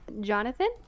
Jonathan